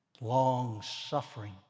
long-suffering